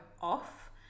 off